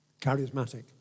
Charismatic